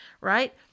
right